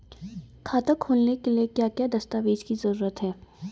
खाता खोलने के लिए क्या क्या दस्तावेज़ की जरूरत है?